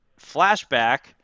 flashback